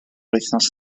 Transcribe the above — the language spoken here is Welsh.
wythnos